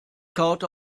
kaute